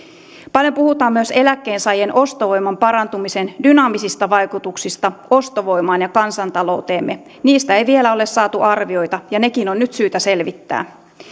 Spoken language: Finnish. paljon puhutaan myös eläkkeensaajien ostovoiman parantumisen dynaamisista vaikutuksista ostovoimaan ja kansantalouteemme niistä ei vielä ole saatu arvioita ja nekin on nyt syytä selvittää